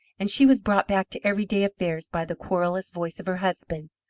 and she was brought back to everyday affairs by the querulous voice of her husband.